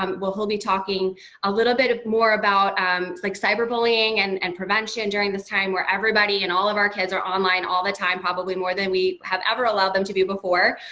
um where he'll be talking a little bit more about like cyberbullying and and prevention during this time where everybody and all of our kids are online all the time, probably more than we have ever allowed them to be before.